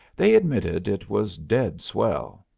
they admitted it was dead swell.